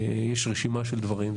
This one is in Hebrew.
יש רשימה של דברים.